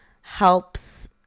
helps